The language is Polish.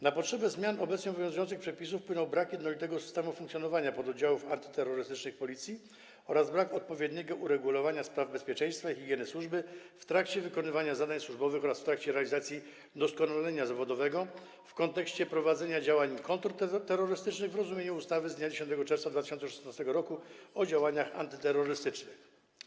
Na potrzebę zmian obecnie obowiązujących przepisów wpłynął brak jednolitego systemu funkcjonowania pododdziałów antyterrorystycznych Policji oraz brak odpowiedniego uregulowania spraw bezpieczeństwa i higieny służby w trakcie wykonywania zadań służbowych oraz w trakcie realizacji doskonalenia zawodowego w kontekście prowadzenia działań kontrterrorystycznych w rozumieniu ustawy z dnia 10 czerwca 2016 r. o działaniach antyterrorystycznych.